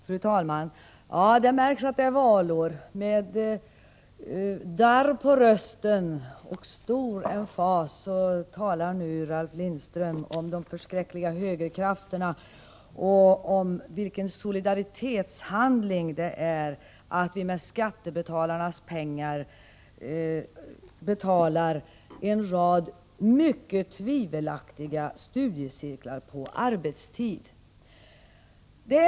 Fru talman! Det märks att det är valår. Med darr på rösten och stor emfas talar nu Ralf Lindström om de förskräckliga högerkrafterna och om vilken solidaritetshandling det är när vi med skattebetalarnas pengar betalar en rad mycket tvivelaktiga studiecirklar på arbetstid.